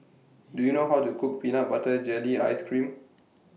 Do YOU know How to Cook Peanut Butter Jelly Ice Cream